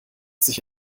sich